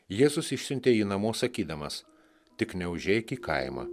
jėzus išsiuntė jį namo sakydamas tik neužeik į kaimą